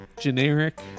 generic